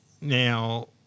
Now